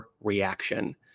reaction